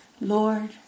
Lord